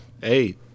Hey